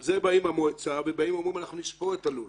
על זה באים מהמועצה ואומרים: נספור את הלול.